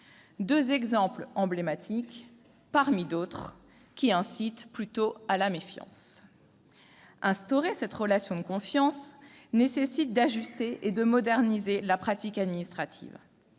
deux exemples emblématiques parmi d'autres qui incitent plutôt à la méfiance. Instaurer cette relation de confiance nécessite d'ajuster et de moderniser la pratique administrative.